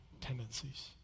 tendencies